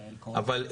אבל,